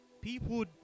people